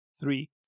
three